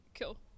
cool